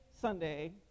Sunday